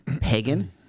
pagan